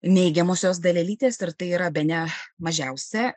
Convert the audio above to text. neigiamosios dalelytės ir tai yra bene mažiausia